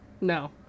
No